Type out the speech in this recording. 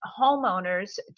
homeowners